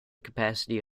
capacity